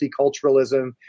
multiculturalism